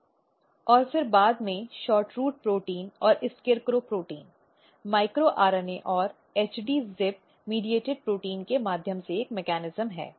और फिर बाद में SHORTROOT प्रोटीन और SCARECROW प्रोटीन माइक्रो RNA और HD ZIP मध्यस्थ प्रोटीन के माध्यम से एक मेकैनिज्म है